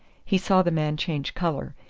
he saw the man change colour,